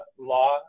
law